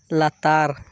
ᱞᱟᱛᱟᱨ